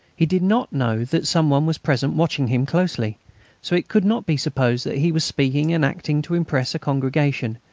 he did not know that some one was present watching him closely so it could not be supposed that he was speaking and acting to impress a congregation,